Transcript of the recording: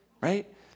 right